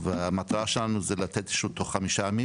והמטרה שלנו היא לתת אישור בתוך חמישה ימים